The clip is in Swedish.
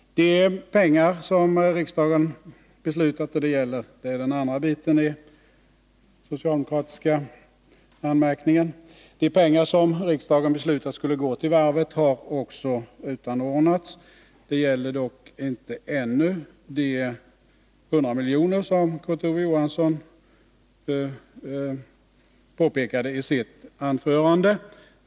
De pengar som riksdagen beslutade skulle gå till varvet har också utanordnats. Det gäller dock — och här har vi den andra biten av den socialdemokratiska anmärkningen — inte ännu de 100 milj.kr. som Kurt Ove Johansson talade om i sitt anförande.